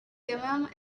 thummim